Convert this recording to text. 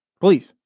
Please